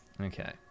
okay